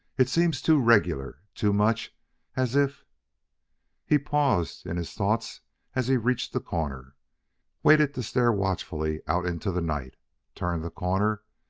it seems too regular, too much as if he paused in his thoughts as he reached the corner waited to stare watchfully out into the night turned the corner,